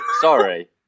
Sorry